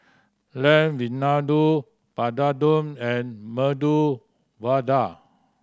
Lamb Vindaloo Papadum and Medu Vada